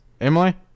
Emily